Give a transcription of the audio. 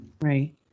Right